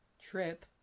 trip